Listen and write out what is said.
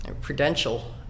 prudential